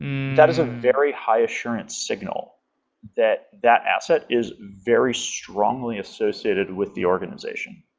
that is a very high-assurance signal that that asset is very strongly associated with the organization,